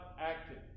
acted